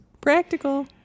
practical